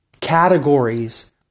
categories